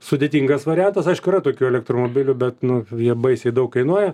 sudėtingas variantas aišku yra tokių elektromobilių bet nu jie baisiai daug kainuoja